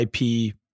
IP